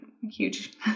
huge